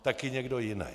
Taky někdo jinej.